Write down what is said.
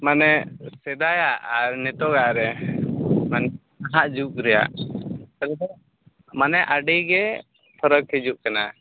ᱢᱟᱱᱮ ᱥᱮᱫᱟᱭᱟᱜ ᱟᱨ ᱱᱤᱛᱚᱜᱟᱜ ᱨᱮ ᱢᱟᱱᱮ ᱱᱟᱦᱟᱜ ᱡᱩᱜᱽ ᱨᱮᱭᱟᱜ ᱢᱟᱱᱮ ᱟᱹᱰᱤ ᱜᱮ ᱯᱷᱟᱨᱟᱠ ᱦᱤᱡᱩᱜ ᱠᱟᱱᱟ